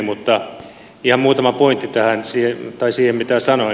mutta ihan muutama pointti siihen mitä sanoin